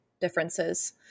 differences